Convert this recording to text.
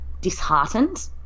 disheartened